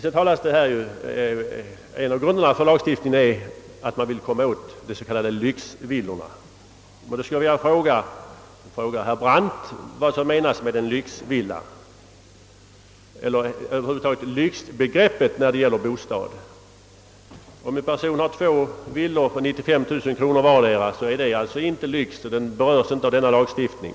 En av tankarna bakom denna lagstiftning är att man skall komma åt de s.k. lyxvillorna. Jag skulle vilja fråga herr Brandt vad som menas med en lyxvilla. Jag skulle över huvud taget vilja ha en definition av lyxbegreppet när det gäller bostad. Om en person har två villor värda 95 000 kronor vardera så är det inte lyx, och de fastigheterna berörs inte av denna lagstiftning.